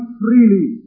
freely